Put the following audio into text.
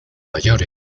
mayores